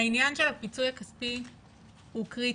העניין של הפיצוי הכספי הוא קריטי,